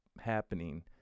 happening